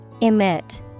Emit